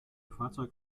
fahrzeug